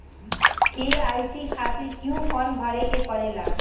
KYC खातिर क्यूं form भरे के पड़ेला?